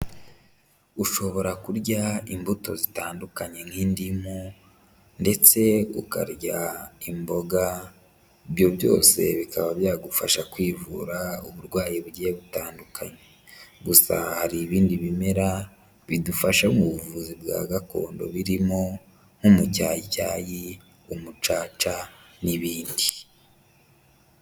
Ushobora kurya imbuto zitandukanye nk'indimu ndetse ukarya imboga, ibyo byose bikaba byagufasha kwivura uburwayi bugiye butandukanye. Gusa hari ibindi bimera bidufasha mu buvuzi bwa gakondo birimo nk'umucyacyayi, umucaca n'ibindi.